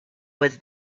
was